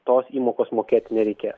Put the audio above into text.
tos įmokos mokėti nereikės